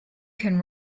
can